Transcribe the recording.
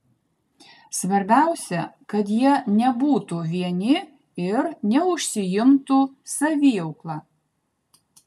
svarbiausia kad jie nebūtų vieni ir neužsiimtų saviaukla